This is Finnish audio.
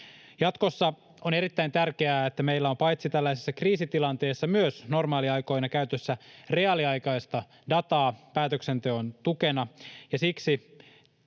Jatkossa on erittäin tärkeää, että meillä on paitsi tällaisessa kriisitilanteessa myös normaaliaikoina käytössä reaaliaikaista dataa päätöksenteon tukena,